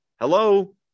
Hello